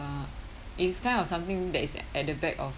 uh it's kind of something that is at the back of